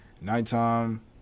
nighttime